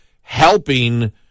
helping